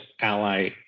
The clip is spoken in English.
ally